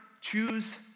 choose